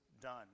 done